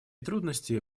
трудности